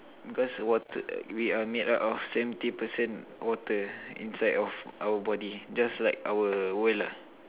cause water we are made up of seventy percent water inside of our body just like our world lah